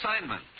Assignment